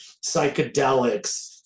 psychedelics